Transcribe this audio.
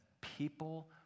people